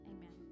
Amen